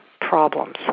problems